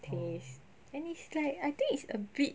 taste and it's like I think it's a bit